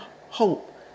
hope